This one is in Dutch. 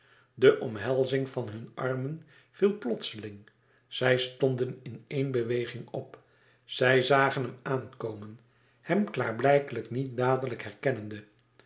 de omhelzing van hunne armen viel plotseling zij stonden in éene beweging op zij zagen hem aankomen hem klaarblijkelijk niet dadelijk herkennende